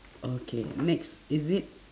okay next is it